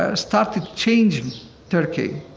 ah started changing turkey